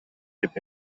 деп